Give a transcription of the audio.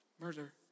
murder